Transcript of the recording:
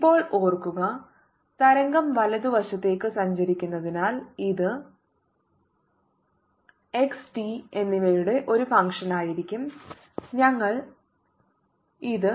ഇപ്പോൾ ഓർക്കുക തരംഗം വലതുവശത്തേക്ക് സഞ്ചരിക്കുന്നതിനാൽ ഇത് x t എന്നിവയുടെ ഒരു ഫംഗ്ഷനായിരിക്കും ഞങ്ങൾ ഇത്